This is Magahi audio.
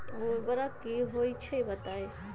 उर्वरक की होई छई बताई?